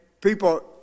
people